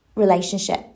Relationship